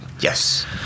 Yes